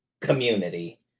community